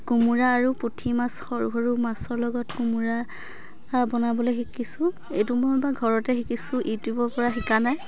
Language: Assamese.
কোমোৰা আৰু পুঠি মাছ সৰু সৰু মাছৰ লগত কোমোৰা বনাবলৈ শিকিছোঁ এইটো মই বাৰু ঘৰতে শিকিছোঁ ইউটিউবৰপৰা শিকা নাই